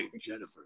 Jennifer